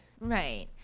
right